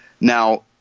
Now